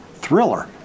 thriller